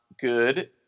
good